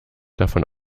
davon